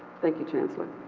thank you, chancellor.